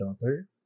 daughter